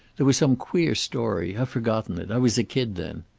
there was some queer story. i've forgotten it. i was a kid then.